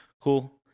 cool